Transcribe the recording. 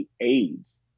aids